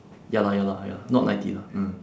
ya lah ya lah ya lah not ninety lah mm